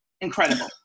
incredible